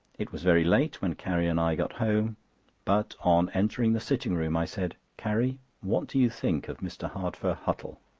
it was very late when carrie and i got home but on entering the sitting-room i said carrie, what do you think of mr. hardfur huttle?